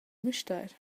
müstair